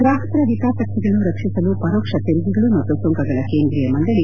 ಗ್ರಾಪಕರ ಒತಾಸಕ್ತಿಗಳನ್ನು ರಕ್ಷಿಸಲು ಪರೋಕ್ಷ ತೆರಿಗೆಗಳು ಮತ್ತು ಸುಂಕಗಳ ಕೇಂದ್ರೀಯ ಮಂಡಳಿ